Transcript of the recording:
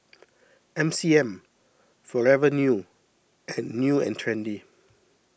M C M Forever New and New and Trendy